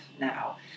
now